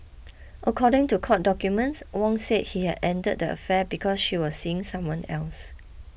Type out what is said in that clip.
according to court documents Wong said he had ended the affair because she was seeing someone else